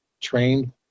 trained